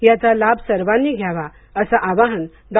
याचा लाभ सर्वांनी घ्यावा असं आवाहन डॉ